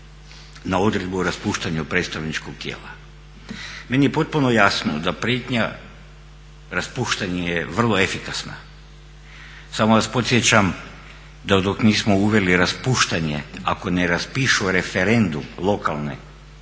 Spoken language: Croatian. na odredbu o raspuštanju predstavničkog tijela. Meni je potpuno jasno da prijetnja raspuštanje je vrlo efikasna, samo vas podsjećam da dok nismo uveli raspuštanje ako ne raspišu referendum lokalne,